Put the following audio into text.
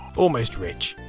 almost rich,